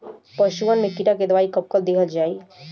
पशुअन मैं कीड़ा के दवाई कब कब दिहल जाई?